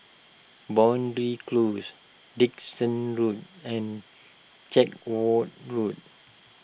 Boundary Close Dickson Road and Chatsworth Road